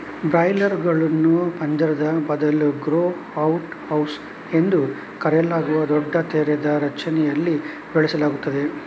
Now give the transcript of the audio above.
ಬ್ರಾಯ್ಲರುಗಳನ್ನು ಪಂಜರದ ಬದಲು grow out house ಎಂದು ಕರೆಯಲಾಗುವ ದೊಡ್ಡ ತೆರೆದ ರಚನೆಗಳಲ್ಲಿ ಬೆಳೆಸಲಾಗುತ್ತದೆ